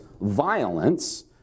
violence